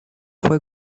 fue